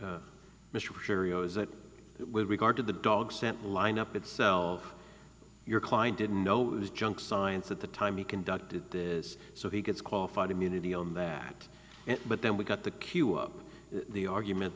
that with regard to the dog scent lineup itself your client didn't know it was junk science at the time you conducted this so he gets qualified immunity on that but then we got the cue of the argument